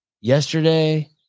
Yesterday